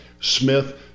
Smith